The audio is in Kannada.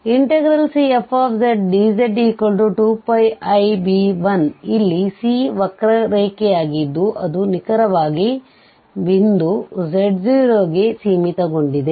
Cfzdz2πib1ಇಲ್ಲಿ C ವಕ್ರರೇಖೆಯಾಗಿದ್ದು ಅದು ನಿಖರವಾಗಿ ಬಿಂದು z0 ಗೆ ಸೀಮಿತಗೊಂಡಿದೆ